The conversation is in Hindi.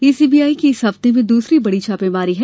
यह सीबीआई की इस हफ्ते में दूसरी बड़ी छापेमारी है